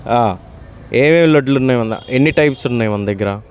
ఏమేం లడ్డూలున్నాయి అన్న ఎన్ని టైప్స్ ఉన్నయి మన దగ్గర